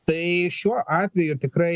tai šiuo atveju tikrai